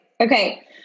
Okay